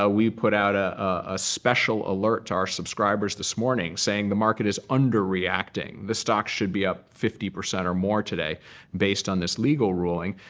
ah we put out a ah special alert to our subscribers this morning, saying, the market is underreacting. the stocks should be up fifty percent or more today based on this legal ruling,